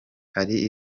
hari